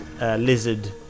lizard